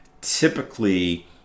typically